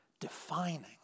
defining